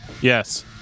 Yes